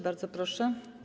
Bardzo proszę.